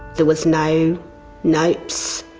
there was no notes,